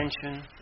attention